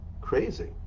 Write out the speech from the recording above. crazy